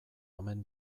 omen